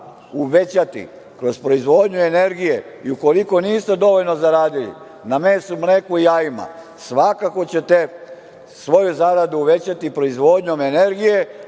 uvećati kroz proizvodnju energije i ukoliko niste dovoljno zaradili na mesu, mleku i jajima, svakako ćete svoju zaradu uvećati proizvodnjom energije,